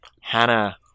hannah